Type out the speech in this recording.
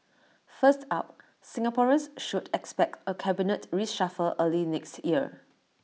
first up Singaporeans should expect A cabinet reshuffle early next year